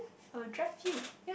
I'll drive you